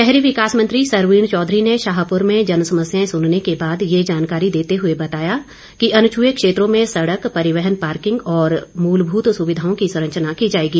शहरी विकास मंत्री सरवीण चौधरी ने शाहपुर में जनसमस्याएं सुनने के बाद ये जानकारी देते हुए बताया कि अनछुए क्षेत्रों में सड़क परिवहन पार्किंग और मूलभूत सुविधाओं की संरचना की जाएगी